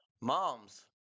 mom's